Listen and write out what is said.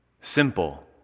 Simple